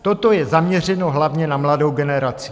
Toto je zaměřeno hlavně na mladou generaci.